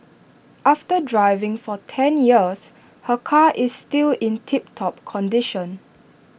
after driving for ten years her car is still in tip top condition